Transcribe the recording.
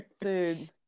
Dude